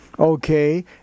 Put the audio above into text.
Okay